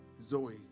Zoe